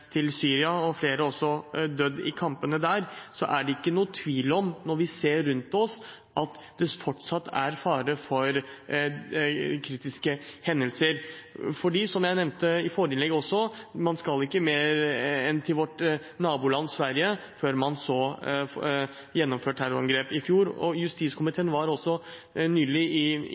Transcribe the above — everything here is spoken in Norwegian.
Syria, og at flere også har dødd i kampene der, er det ikke noen tvil om, når vi ser rundt oss, at det fortsatt er fare for kritiske hendelser. Som jeg nevnte i forrige innlegg, skal man ikke lenger enn til vårt naboland Sverige, der det ble gjennomført terrorangrep i fjor. Justiskomiteen var nylig i London, hvor vi fikk høre, som det også har stått i